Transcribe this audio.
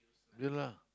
ya lah